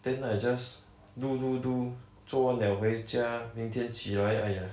then I just do do do 做完了回家明天起来 !aiya!